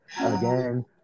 Again